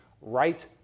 right